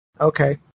okay